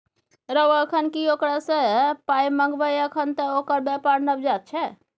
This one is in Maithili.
रौ अखन की ओकरा सँ पाय मंगबै अखन त ओकर बेपार नवजात छै